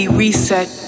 reset